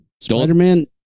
Spider-Man